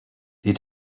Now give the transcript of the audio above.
they